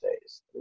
days